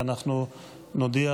ואנחנו נודיע,